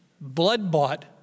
blood-bought